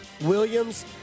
Williams